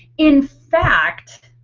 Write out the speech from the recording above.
in fact,